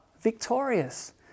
victorious